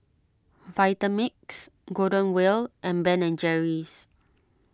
Vitamix Golden Wheel and Ben and Jerry's